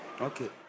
Okay